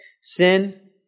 Sin